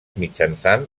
mitjançant